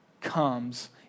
comes